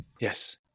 Yes